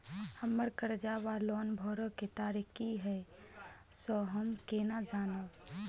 हम्मर कर्जा वा लोन भरय केँ तारीख की हय सँ हम केना जानब?